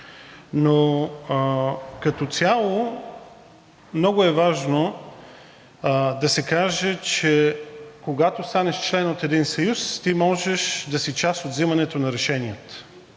но като цяло много е важно да се каже, че когато станеш член в един съюз, ти можеш да си част от взимането на решенията